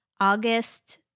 August